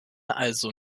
also